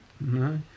No